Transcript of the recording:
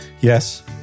Yes